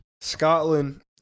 Scotland